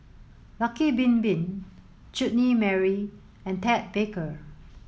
Lucky Bin Bin Chutney Mary and Ted Baker